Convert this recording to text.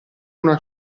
una